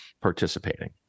participating